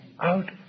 out